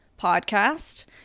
podcast